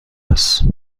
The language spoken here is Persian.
است